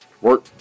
Work